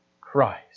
Christ